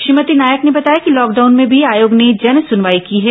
श्रीमती नायक ने बताया कि लॉकडाउन में भी आयोग ने जनसुनवाई की है